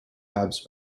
hubs